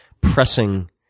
pressing